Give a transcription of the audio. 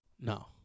No